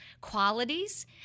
qualities